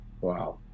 Wow